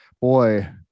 boy